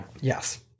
Yes